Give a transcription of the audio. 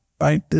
right